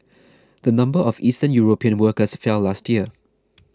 the number of Eastern European workers fell last year